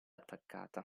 attaccata